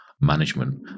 management